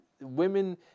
women